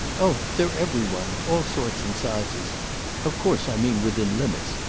oh they're every one all sorts and sizes of course i mean within limits,